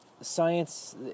science